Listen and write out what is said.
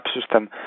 system